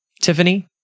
Tiffany